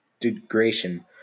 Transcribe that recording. degradation